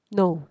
no